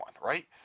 right